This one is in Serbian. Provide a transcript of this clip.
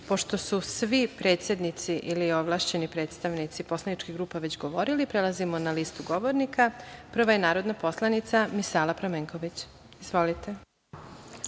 su svi predsednici ili ovlašćeni predstavnici poslaničkih grupa već govorili, prelazimo na listu govornika. Prva je narodna poslanica Misala Pramenković. Izvolite.